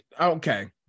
okay